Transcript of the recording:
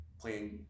playing